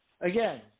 Again